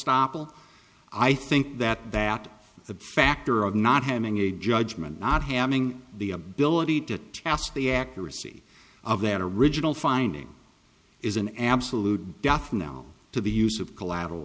estoppel i think that that the factor of not having a judgment not having the ability to cast the accuracy of that original finding is an absolute death now to the use of collateral